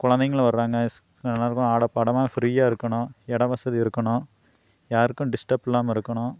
குழந்தைங்களும் வர்றாங்க ஸ் எல்லாருக்கும் ஆடப்பாடமாக ஃப்ரீயாக இருக்கணும் இட வசதி இருக்கணும் யாருக்கும் டிஸ்டர்ப் இல்லாம இருக்கணும்